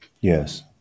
Yes